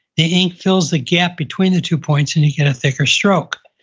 the ink fills the gap between the two points and you get a thicker stroke.